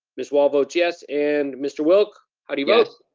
miss wall votes yes and mr. wilk, how do you vote?